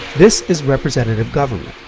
this is representative government.